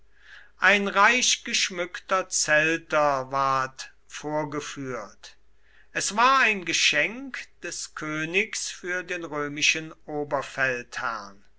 ein reichgeschmückter zelter ward vorgeführt es war ein geschenk des königs für den römischen